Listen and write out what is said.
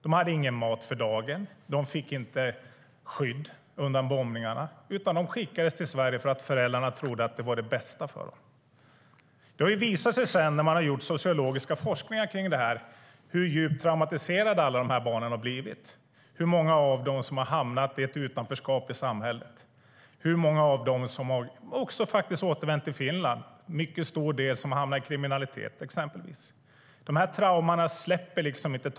De hade ingen mat för dagen. De fick inte skydd undan bombningarna. De skickades till Sverige för att föräldrarna trodde att det var det bästa för dem. Det har sedan visat sig när man har gjort sociologiska forskningar om detta hur djupt traumatiserade alla barnen har blivit, hur många av dem som har hamnat i ett utanförskap i samhället och hur många av dem som återvänt till Finland. Det är en mycket stor del som hamnat i kriminalitet, exempelvis. Dessa trauman släpper inte taget om dem.